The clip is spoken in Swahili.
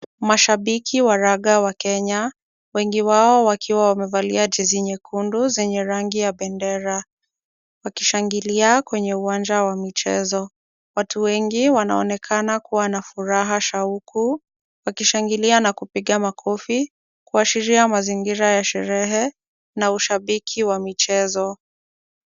Mashabiki wa raga wa Kenya, wengi wao wakiwa wamevalia jezi nyekundu zenye rangi ya bendera, wakishangilia kwenye uwanja wa michezo, watu wengi wanaonekana kuwa na furaha shauku, wakishangilia na kupiga makofi, kuashiria mazingira ya sherehe na ushabiki wa michezo.